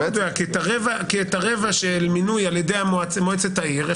הרבע של המינוי על ידי מועצת העיר,